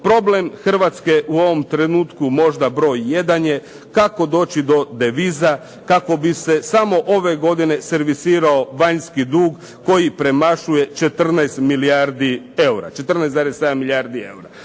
Problem Hrvatske u ovom trenutku možda broj jedan je kako doći do deviza, kako bi se samo ove godine servisirao vanjski dug koji premašuje 14 milijardi eura,